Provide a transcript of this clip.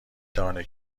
دانه